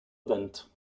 event